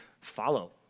follow